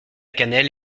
cannelle